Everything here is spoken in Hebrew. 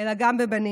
אלא גם בבנים.